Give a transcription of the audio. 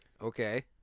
Okay